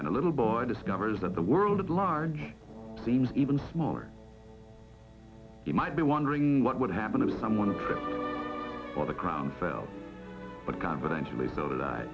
and a little boy discovers that the world at large seems even smaller you might be wondering what would happen if someone or the crown fell but confidentially so